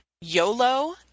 YOLO